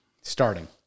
starting